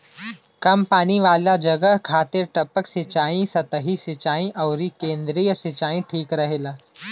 कम पानी वाला जगह खातिर टपक सिंचाई, सतही सिंचाई अउरी केंद्रीय सिंचाई ठीक रहेला